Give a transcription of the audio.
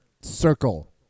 circle